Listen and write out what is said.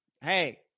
Hey